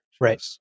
Right